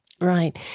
Right